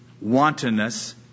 wantonness